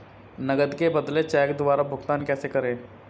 नकद के बदले चेक द्वारा भुगतान कैसे करें?